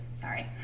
sorry